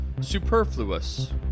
superfluous